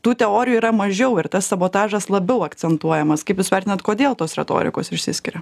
tų teorijų yra mažiau ir tas sabotažas labiau akcentuojamas kaip jūs vertinat kodėl tos retorikos išsiskiria